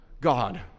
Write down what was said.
God